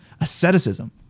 Asceticism